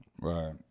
Right